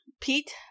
Pete